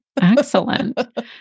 Excellent